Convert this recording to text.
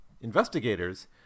investigators